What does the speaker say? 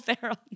Ferrell